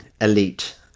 elite